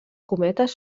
cometes